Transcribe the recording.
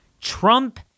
Trump